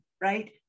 right